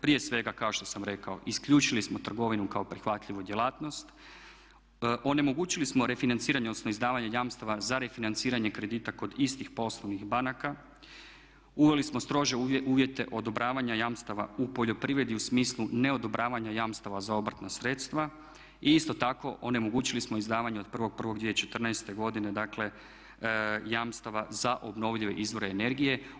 Prije svega kao što sam rekao isključili smo trgovinu kao prihvatljivu djelatnost, onemogućili smo refinanciranje odnosno izdavanje jamstava za refinanciranje kredita kod istih poslovnih banaka, uveli smo strože uvjete odobravanja jamstava u poljoprivredi u smislu neodobravanja jamstava za obrtna sredstva i isto tako onemogućili smo izdavanje od 1.1.2014. godine dakle jamstava za obnovljive izvore energije.